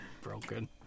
broken